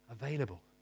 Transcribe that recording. Available